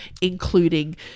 including